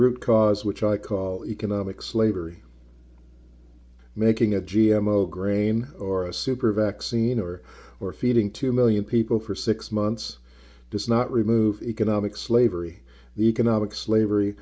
root cause which i call economic slavery making a g m o grain or a super vaccine or or feeding two million people for six months does not remove economic slavery the economic slavery